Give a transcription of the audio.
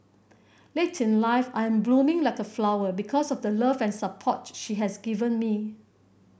late in life I'm blooming like a flower because of the love and support she has given me